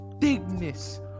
thickness